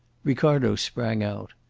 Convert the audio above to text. ricardo sprang out.